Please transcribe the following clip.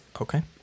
okay